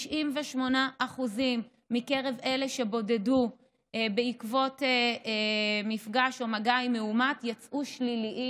98% מקרב אלה שבודדו בעקבות מפגש או מגע עם מאומת יצאו שליליים,